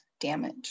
damage